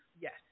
Yes